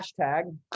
hashtag